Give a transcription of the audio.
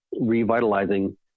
revitalizing